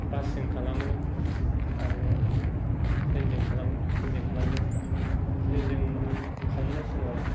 बासजों खालामो आरो ट्रेनजों खालामो ट्रेनजों खालामदों ट्रेनजों खालामनाय समाव